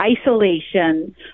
isolation